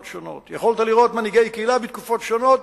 שונות ויכולת לראות מנהיגי קהילה בתקופות שונות